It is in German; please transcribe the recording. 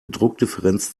druckdifferenz